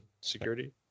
security